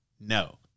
No